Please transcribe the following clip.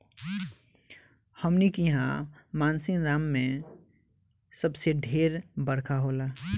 हमनी किहा मानसींराम मे सबसे ढेर बरखा होला